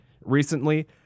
recently